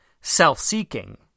self-seeking